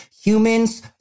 humans